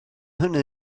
hynny